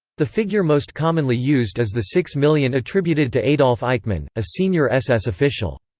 the figure most commonly used is the six million attributed to adolf eichmann, a senior ss official.